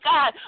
God